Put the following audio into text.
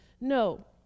No